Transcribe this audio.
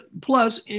Plus